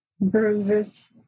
bruises